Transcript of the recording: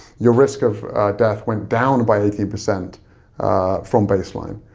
your risk of death went down by eighteen percent from baseline.